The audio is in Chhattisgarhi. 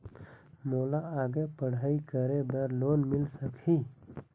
मोला आगे पढ़ई करे बर लोन मिल सकही?